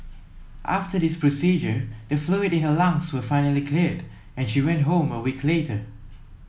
after this procedure the fluid in her lungs was finally cleared and she went home a week later